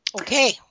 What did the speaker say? Okay